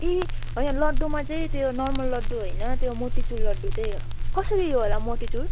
ए होइन लड्डुमा चाहिँ त्यो नर्मल लड्डु होइन त्यो मोतीचुर लड्डु चाहिँ हो कसरी होला मोतीचुर